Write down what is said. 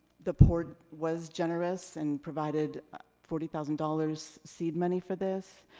the port was generous, and provided forty thousand dollars seed money for this.